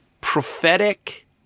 prophetic